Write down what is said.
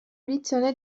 edizioni